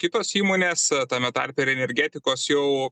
kitos įmonės tame tarpe ir energetikos jau